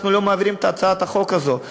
אנחנו לא מעבירים את הצעת החוק הזאת?